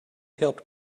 helped